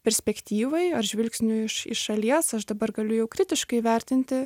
perspektyvai ar žvilgsniui iš iš šalies aš dabar galiu jau kritiškai vertinti